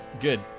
Good